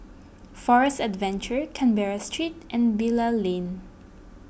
Forest Adventure Canberra Street and Bilal Lane